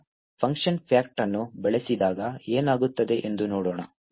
ಈಗ function fact ಅನ್ನು ಬಳಸಿದಾಗ ಏನಾಗುತ್ತದೆ ಎಂದು ನೋಡೋಣ